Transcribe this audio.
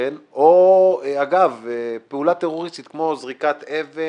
או פעולה טרוריסטית כמו זריקת אבן,